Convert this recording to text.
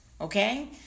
okay